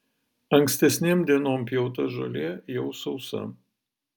ankstesnėm dienom pjauta žolė jau sausa